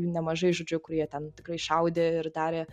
jų nemažai žodžiu kurie ten tikrai šaudė ir darė